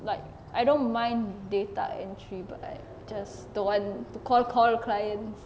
like I don't mind data entry but like just don't want to call call clients